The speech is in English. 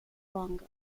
bongo